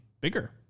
bigger